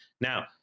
Now